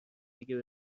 دیگه